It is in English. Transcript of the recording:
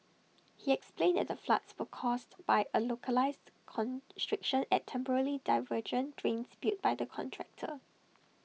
he explained that the floods were caused by A localised constriction at temporary diversion drains built by the contractor